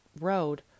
road